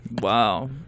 Wow